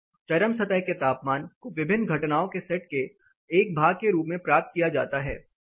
चरम सतह के तापमान को विभिन्न घटनाओं के सेट के एक भाग के रूप में प्राप्त किया जाता है